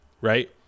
right